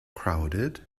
crowded